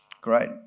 Great